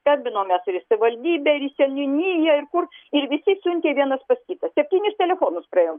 skambinomės ir į savivaldybę ir į seniūniją ir kur ir visi siuntė vienas pas kitą septynis telefonus praėjom